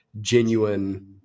genuine